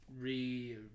re